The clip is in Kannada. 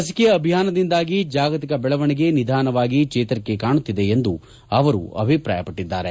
ಲಸಿಕೆ ಅಭಿಯಾನದಿಂದಾಗಿ ಜಾಗತಿಕ ಬೆಳವಣಿಗೆ ನಿಧಾನವಾಗಿ ಜೇತರಿಕೆ ಕಾಣುತ್ತಿದೆ ಎಂದು ಅವರು ಅಭಿಪ್ರಾಯಪಟ್ಟದ್ದಾರೆ